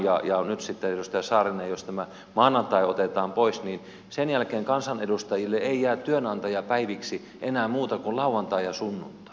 ja nyt edustaja saarinen jos maanantai otetaan pois niin sen jälkeen kansanedustajille ei jää työnantajapäiviksi enää muita kuin lauantai ja sunnuntai